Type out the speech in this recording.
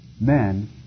men